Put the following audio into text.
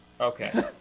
Okay